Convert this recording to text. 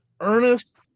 Ernest